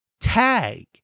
tag